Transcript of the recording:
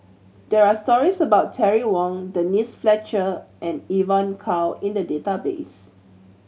there are stories about Terry Wong Denise Fletcher and Evon Kow in the database